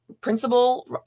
Principal